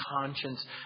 conscience